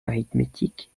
arithmétique